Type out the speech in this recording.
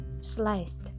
sliced